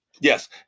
yes